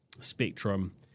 spectrum